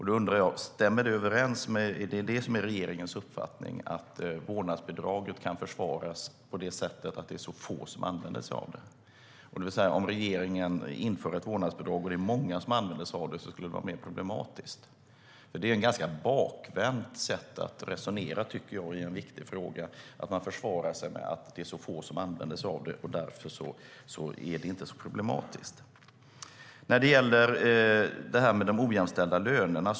Är det regeringens uppfattning att vårdnadsbidraget kan försvaras med att det är så få som använder sig av det, det vill säga att det skulle vara mer problematiskt om många använde sig av vårdnadsbidraget? Det är ett bakvänt sätt att resonera i en viktig fråga, det vill säga att försvara sig med att det är så få som använder sig av det och att det därför inte är problematiskt. Så var det frågan om ojämställda löner.